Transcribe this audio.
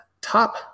top